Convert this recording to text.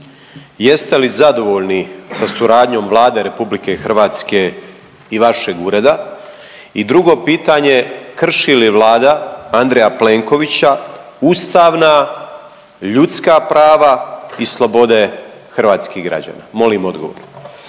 Jeste li zadovoljni sa suradnjom Vlade Republike Hrvatske i vašeg ureda? I drugo pitanje krši li Vlada Andreja Plenkovića ustavna, ljudska prava i slobode hrvatskih građana? Molim odgovor.